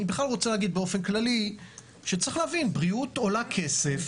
באופן כללי צריך להבין שבריאות עולה כסף,